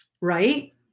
Right